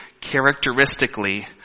characteristically